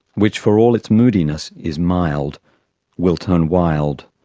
which for all its moodiness is mild will turn wild.